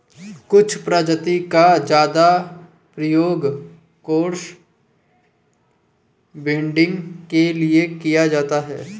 कुछ प्रजाति का ज्यादा प्रयोग क्रॉस ब्रीडिंग के लिए किया जाता है